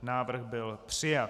Návrh byl přijat.